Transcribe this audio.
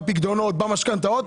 בפיקדונות, במשכנתאות,